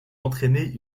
entraîner